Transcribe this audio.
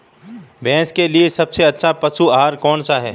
भैंस के लिए सबसे अच्छा पशु आहार कौनसा है?